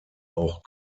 auch